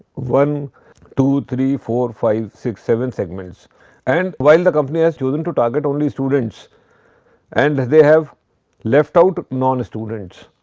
one two three four five six seven segments and while the company has chosen to target only students and they have left out nonstudents,